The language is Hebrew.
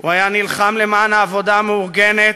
הוא היה נלחם למען העבודה המאורגנת,